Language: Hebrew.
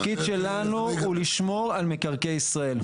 התפקיד שלנו הוא לשמור על הקרקע של ישראל,